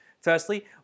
Firstly